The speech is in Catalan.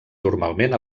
normalment